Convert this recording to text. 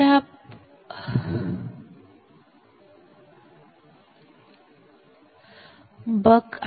तर हा पैसा आहे